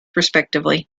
respectively